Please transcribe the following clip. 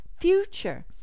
future